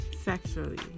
Sexually